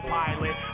pilot